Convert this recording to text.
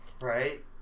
Right